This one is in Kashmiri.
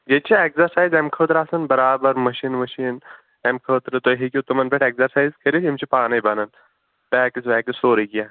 ییٚتہِ چھِ اٮ۪کزرسایِز اَمہِ خٲطرٕ آسان بَرابر مٔشیٖن ؤشیٖن اَمہِ خٲطرٕ تُہی ہٮ۪کِو تِمن پٮ۪ٹھ اٮ۪کزرسایِز کٔرِتھ یِم چھِ پانے بَنان پیکٕس ویکٕس سورُے کیٚنٛہہ